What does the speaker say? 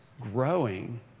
growing